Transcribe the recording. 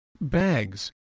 bags